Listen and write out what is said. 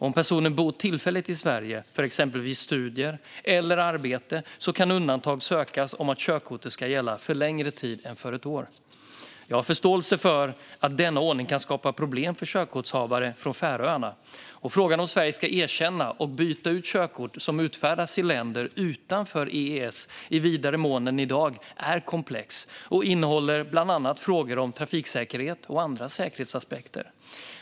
Om personen bor tillfälligt i Sverige för exempelvis studier eller arbete kan undantag sökas om att körkortet ska gälla för längre tid än ett år. Jag har förståelse för att denna ordning kan skapa problem för körkortsinnehavare från Färöarna. Frågan om Sverige ska erkänna och byta ut körkort som utfärdats i länder utanför EES i vidare mån än i dag är komplex och innehåller bland annat frågor om trafiksäkerhet och andra säkerhetsaspekter.